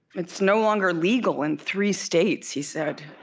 it's no longer legal in three states, he said.